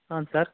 Han sir